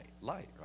light